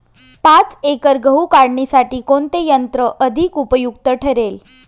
पाच एकर गहू काढणीसाठी कोणते यंत्र अधिक उपयुक्त ठरेल?